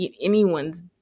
anyone's